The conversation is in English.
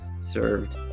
served